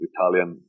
Italian